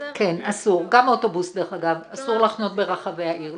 אסור, גם אוטובוס, אסור להחנות ברחבי העיר.